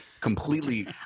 completely